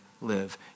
live